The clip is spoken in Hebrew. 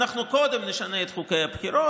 קודם נשנה את חוקי הבחירות,